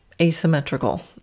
asymmetrical